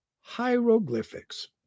hieroglyphics